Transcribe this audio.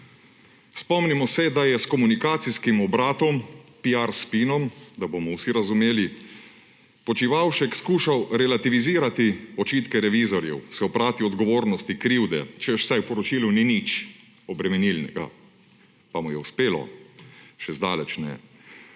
Spomnimo se, da je s komunikacijskim obratom, piar spinom, da bomo vsi razumeli, Počivalšek skušal relativizirati očitke revizorjev, se oprati odgovornosti krivde, češ, saj v poročilu ni nič obremenilnega. Pa mu je uspelo? Še zdaleč ne.